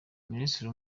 minisitiri